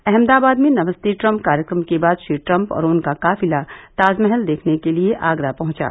अहमदाबाद में नमस्ते ट्रम्प कार्यक्रम के बाद श्री ट्रम्प और उनका काफिला ताजमहल देखने के लिये आगरा पहुंचा